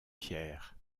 pierre